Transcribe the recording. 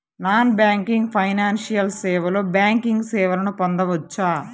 Non banking financial సేవలో banking సేవలను పొందవచ్చా?